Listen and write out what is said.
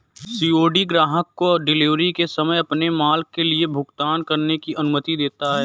COD ग्राहक को delivery के समय अपने माल के लिए भुगतान करने की अनुमति देता है